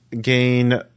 gain